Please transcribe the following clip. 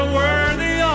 worthy